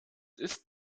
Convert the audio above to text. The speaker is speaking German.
ist